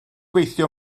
gweithio